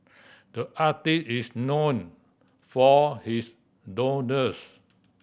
the artist is known for his doodles